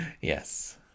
Yes